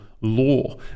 law